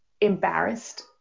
embarrassed